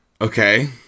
Okay